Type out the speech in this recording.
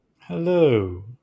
Hello